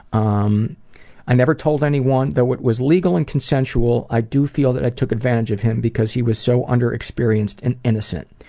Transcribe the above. um i never told anyone though it was legal and consensual, i do feel that i took advantage of him because he was so underexperienced and innocent.